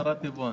הצהרת יבואן.